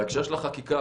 בהקשר של החקיקה,